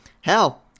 Hell